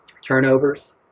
turnovers